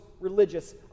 religious